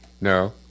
No